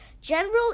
general